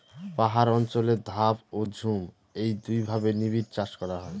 পাহাড় অঞ্চলে ধাপ ও ঝুম এই দুইভাবে নিবিড়চাষ করা হয়